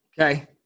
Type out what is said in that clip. Okay